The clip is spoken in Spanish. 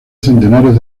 centenares